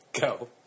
Go